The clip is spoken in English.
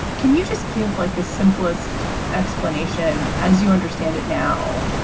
can you just give, like, the simplest explanation, as you understand it now,